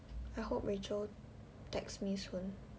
I hope rachel texts me soon